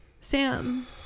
Sam